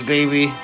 Baby